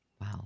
Wow